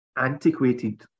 antiquated